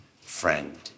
friend